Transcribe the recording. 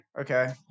okay